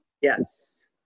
yes